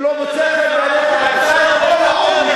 אפשר לסדר,